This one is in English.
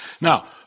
Now